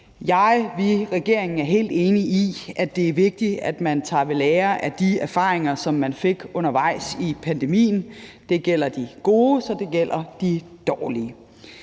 er helt enige i, at det er vigtigt, at man tager ved lære af de erfaringer, som man fik undervejs i pandemien – det gælder de gode, som det gælder de dårlige.